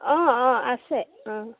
অঁ অঁ আছে অঁ